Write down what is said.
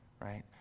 right